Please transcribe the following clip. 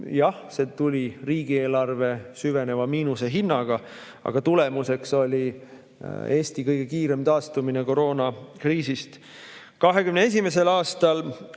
Jah, see tuli riigieelarve süveneva miinuse hinnaga, aga tulemuseks oli Eesti kõige kiirem taastumine koroonakriisist.